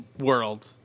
world